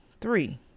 three